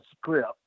script